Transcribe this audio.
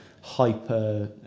hyper